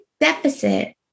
deficit